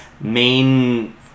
main